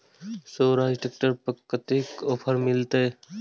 Swaraj tractor पर कतेक offer मिलते?